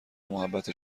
محبت